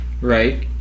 right